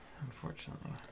Unfortunately